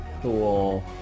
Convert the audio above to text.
cool